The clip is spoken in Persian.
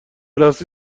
راستی